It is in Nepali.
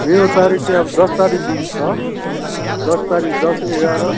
मेरो तारिक चाहिँ अब दस तारिकदेखि छ दस तारिक दस एघार